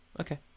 okay